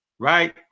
right